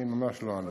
לא, ממש לא אני.